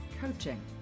coaching